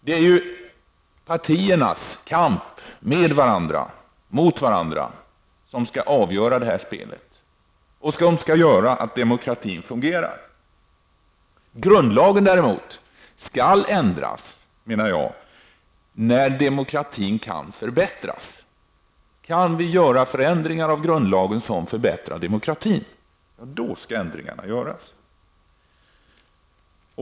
Det är ju partiernas kamp med varandra, mot varandra, som skall avgöra det här spelet och som skall göra att demokratin fungerar. Grundlagen skall däremot ändras, menar jag, när demokratin kan förbättras. Kan vi göra förändringar i grundlagen som förbättrar demokratin, då skall ändringarna göras.